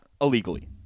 illegally